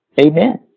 Amen